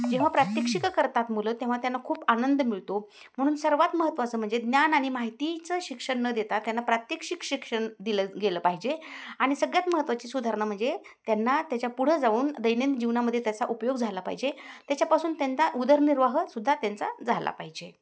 जेव्हा प्रात्यक्षिकं करतात मुलं तेव्हा त्यांना खूप आनंद मिळतो म्हणून सर्वात महत्त्वाचं म्हणजे ज्ञान आणि माहितीचं शिक्षण न देता त्यांना प्रात्यक्षिक शिक्षण दिलं गेलं पाहिजे आणि सगळ्यात महत्त्वाची सुधारणा म्हणजे त्यांना त्याच्या पुढं जाऊन दैनंदिन जीवनामध्ये त्याचा उपयोग झाला पाहिजे त्याच्यापासून त्यांना उदरनिर्वाहसुद्धा त्यांचा झाला पाहिजे